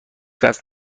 قصد